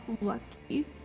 lucky